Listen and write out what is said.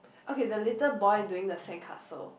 okay the little boy doing the sandcastle